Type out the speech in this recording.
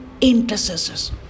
intercessors